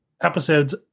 episodes